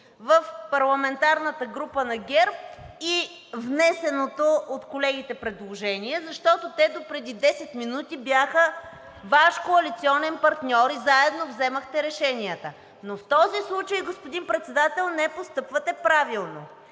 в парламентарната група на ГЕРБ и внесеното от колегите предложение, защото те допреди 10 минути бяха Ваш коалиционен партньор и заедно взимахте решенията. Но в този случай, господин Председател, не постъпвате правилно.